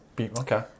Okay